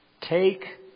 Take